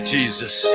Jesus